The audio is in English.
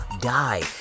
die